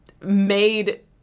made